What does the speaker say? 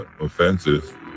offensive